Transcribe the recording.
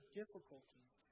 difficulties